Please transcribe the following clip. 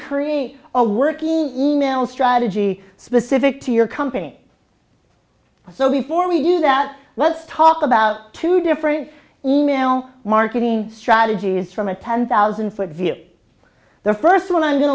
create a working email strategy specific to your company so before we do that let's talk about two different e mail marketing strategies from a ten thousand foot view the first one